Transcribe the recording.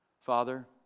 Father